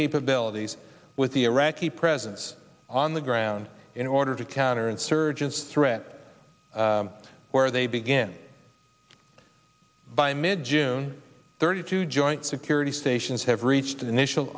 capabilities with the iraqi presence on the ground in order to counter insurgency threat where they begin by mid june thirty two joint security stations have reached initial